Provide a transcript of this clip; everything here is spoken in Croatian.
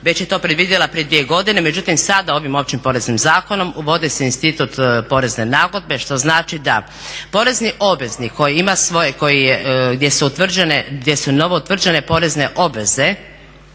već je to predvidjela prije dvije godine međutim sada ovim Općim poreznim zakonom uvodi se institut porezne nagodbe što znači da porezni obveznik koji ima gdje su novoutvrđene porezne obveze,